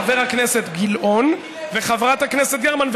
חבר הכנסת גילאון וחברת הכנסת גרמן,